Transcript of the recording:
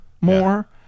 more